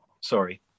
Sorry